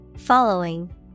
Following